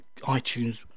iTunes